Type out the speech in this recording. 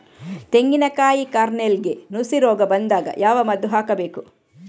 ತೆಂಗಿನ ಕಾಯಿ ಕಾರ್ನೆಲ್ಗೆ ನುಸಿ ರೋಗ ಬಂದಾಗ ಯಾವ ಮದ್ದು ಹಾಕಬೇಕು?